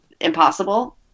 impossible